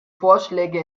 vorschläge